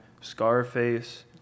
Scarface